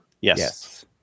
Yes